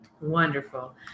Wonderful